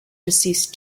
deceased